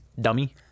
Dummy